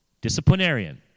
Disciplinarian